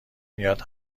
میاد